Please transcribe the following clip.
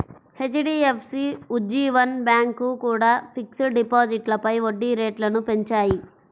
HDFC, Ujjivan bank కూడా fixed డిపాజిట్లపై వడ్డీ రేట్లను పెంచాయి